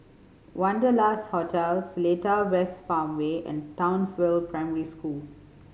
Wanderlust Hotel Seletar West Farmway and Townsville Primary School